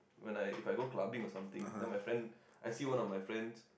when I if I go clubbing or something then my friend I see one of my friend